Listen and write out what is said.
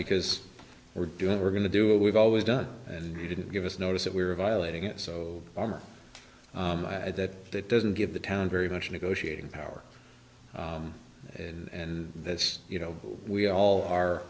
because we're doing we're going to do what we've always done and you didn't give us notice that we were violating it so armor that it doesn't give the town very much negotiating power and that's you know we all are